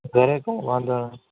ઘરે કહો વાંધો નહીં